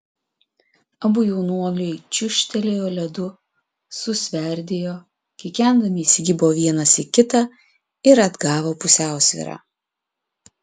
abu jaunuoliai čiūžtelėjo ledu susverdėjo kikendami įsikibo vienas į kitą ir atgavo pusiausvyrą